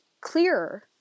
clearer